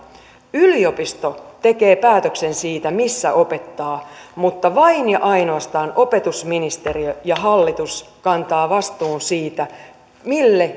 yliopisto tekee päätöksen siitä missä opettaa mutta vain ja ainoastaan opetusministeriö ja hallitus kantavat vastuun siitä mille